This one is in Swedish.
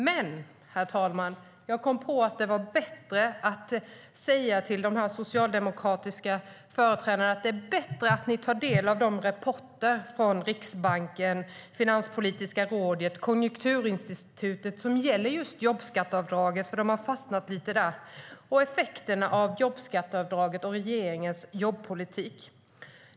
Men, herr talman, jag kom på att det var bättre att till de socialdemokratiska företrädarna säga att det är bättre att de tar del av de rapporter från Riksbanken, Finanspolitiska rådet och Konjunkturinstitutet som gäller just jobbskatteavdraget, för de har fastnat lite på det, och effekterna av jobbskatteavdraget och regeringens jobbpolitik.